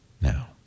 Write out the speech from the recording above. now